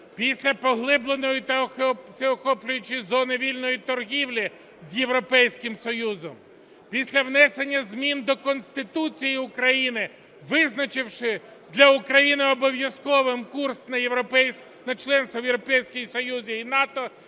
після поглибленої та всеохоплюючої зони вільної торгівлі з Європейським Союзом, після внесення змін до Конституції України, визначивши для України обов'язковим курс на членство в Європейський Союз і НАТО,